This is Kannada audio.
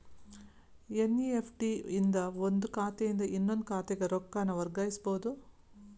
ಎನ್.ಇ.ಎಫ್.ಟಿ ಇಂದ ಒಂದ್ ಖಾತೆಯಿಂದ ಇನ್ನೊಂದ್ ಖಾತೆಗ ರೊಕ್ಕಾನ ವರ್ಗಾಯಿಸಬೋದು